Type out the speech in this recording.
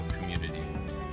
community